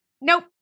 Nope